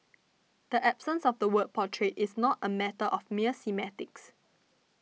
the absence of the word portrayed is not a matter of mere semantics